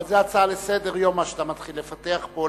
אבל זו הצעה לסדר-היום, מה שאתה מתחיל לפתח פה.